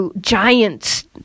giants